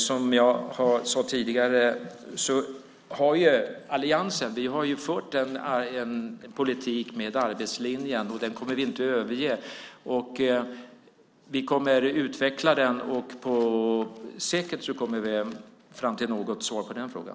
Som jag sade tidigare har vi i alliansen fört en politik som bygger på arbetslinjen, och den kommer vi inte att överge. Vi kommer att utveckla den, och säkert kommer vi fram till något svar på den frågan.